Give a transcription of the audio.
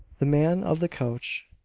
the man of the couch,